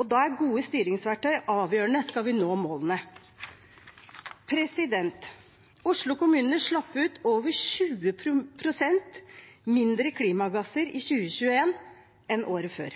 og da er gode styringsverktøy avgjørende skal vi nå målene. Oslo kommune slapp ut over 20 pst. mindre klimagass i 2021 enn året før,